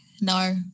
no